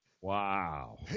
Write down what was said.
Wow